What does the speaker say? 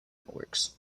networks